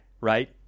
right